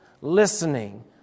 listening